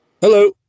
Hello